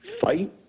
fight